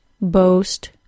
boast